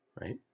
Right